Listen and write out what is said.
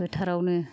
फोथारावनो